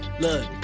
look